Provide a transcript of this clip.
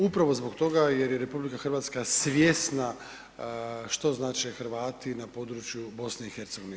Upravo zbog toga jer je RH svjesna što znače Hrvati na području BiH.